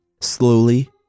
Slowly